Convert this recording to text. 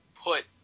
put